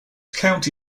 county